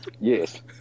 Yes